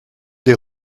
des